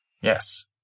Yes